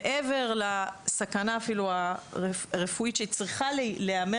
מעבר לסכנה אפילו הרפואית שצריכה להיאמר